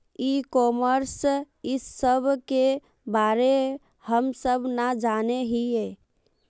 ई commerce इस सब के बारे हम सब ना जाने हीये?